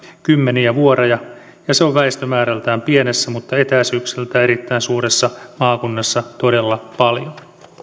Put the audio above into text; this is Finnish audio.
kymmeniä vuoroja ja se on väestömäärältään pienessä mutta etäisyyksiltään erittäin suuressa maakunnassa todella paljon